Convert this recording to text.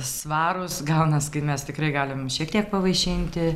svarūs gaunas kai mes tikrai galim šiek tiek pavaišinti